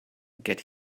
get